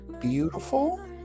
beautiful